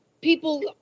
people